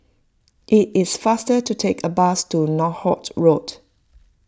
it is faster to take a bus to Northolt Road